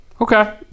Okay